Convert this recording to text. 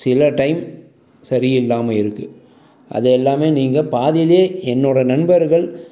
சில டைம் சரி இல்லாமல் இருக்குது அது எல்லாமே நீங்க பாதிலையே என்னோடய நண்பர்கள்